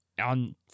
on